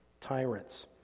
tyrants